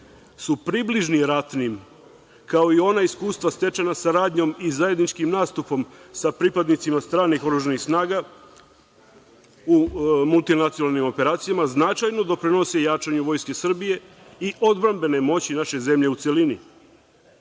su približni ratnim, kao i ona iskustva stečena saradnjom i zajedničkim nastupom sa pripadnicima stranih oružanih snaga o multinacionalnim operacijama značajno doprinose jačanju Vojsci Srbije i odbrambene moći naše zemlje u